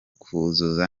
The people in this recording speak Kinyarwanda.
kuzuza